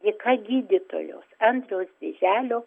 dėka gydytojos andriaus vėželio